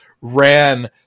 ran